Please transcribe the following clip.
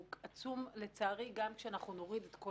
הוא עצום לצערי גם כשאנחנו נוריד את כל